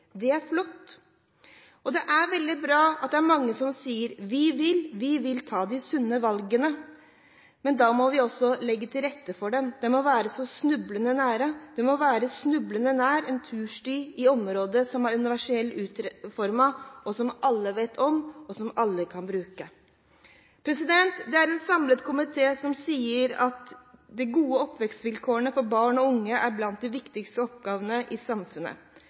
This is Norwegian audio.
Det er flott. Og det er veldig bra at det er mange som sier: Vi vil. Vi vil ta de sunne valgene. Men da må vi også legge til rette for det. De må være så snublende nær. En tursti i nærområdet med universell utforming må være snublende nær; en tursti som alle vet om, og som alle kan bruke. Det er en samlet komité som sier at gode oppvekstvilkår for barn og unge er blant de viktigste oppgavene i samfunnet.